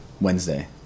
Wednesday